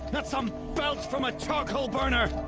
not some. belch from a charcoal burner!